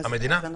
המדינה?